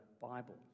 Bible